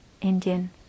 Indian